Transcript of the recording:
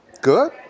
Good